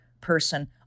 person